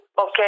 okay